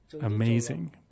amazing